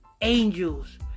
Angels